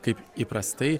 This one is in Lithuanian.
kaip įprastai